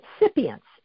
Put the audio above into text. recipients